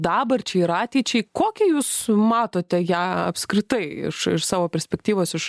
dabarčiai ir ateičiai kokią jūs matote ją apskritai iš iš savo perspektyvos iš